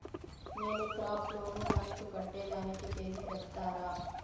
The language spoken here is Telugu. నేను క్రాప్ లోను కంతు కట్టేదానికి తేది సెప్తారా?